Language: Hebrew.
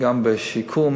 גם בשיקום.